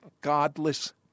godless